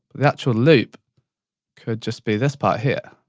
the actual loop could just be this part here.